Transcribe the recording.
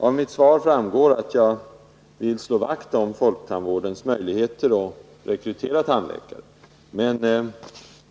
Av mitt svar framgår att jag vill slå vakt om folktandvårdens möjligheter att rekrytera tandläkare.